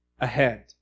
ahead